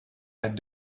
had